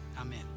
Amen